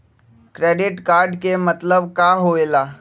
Credit card के मतलब का होकेला?